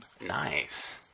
Nice